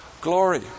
glory